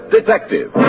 Detective